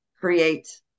create